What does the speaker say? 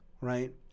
right